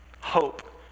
hope